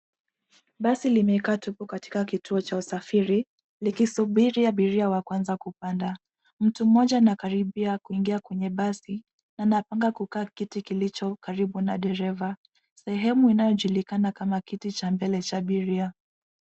Basi limekaa tupu katika kituo cha usafiri likisubiri abiria wa kwanza kupanda. Mtu mmoja anakaribia kuingia kwenye basi na anapanga kukaa kiti kilicho karibu na dereva. Sehemu inayojulikana kama kiti cha mbele cha abiria.